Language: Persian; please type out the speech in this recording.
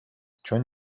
چون